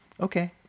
okay